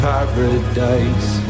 Paradise